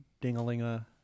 Dingalinga